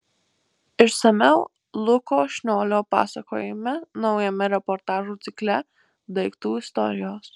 išsamiau luko šniolio pasakojime naujame reportažų cikle daiktų istorijos